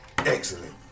Excellent